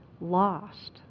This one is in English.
lost